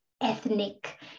ethnic